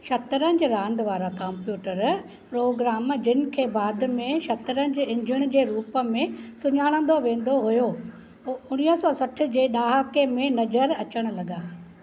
शतरंजि रांदि वारा computer program जिनि खे बाद में शतरंजि इंजण जे रूप में सुञाणींदो वेंदो हुयो उणिवीह सौ सठि जे ड॒हाके में नज़रु अचणु लगा॒